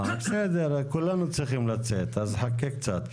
בסדר, כולנו צריכים לצאת אז חכה קצת.